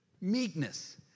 meekness